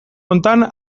honetan